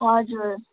हजुर